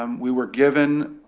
um we were given